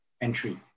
entry